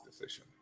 decision